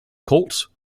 colts